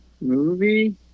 movie